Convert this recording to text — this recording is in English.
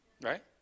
Right